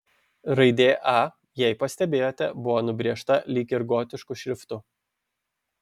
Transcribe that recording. raidė a jei pastebėjote buvo nubrėžta lyg ir gotišku šriftu